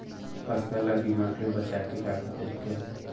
फसल ला दीमक ले बचाये के का का तरीका हे?